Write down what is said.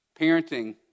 Parenting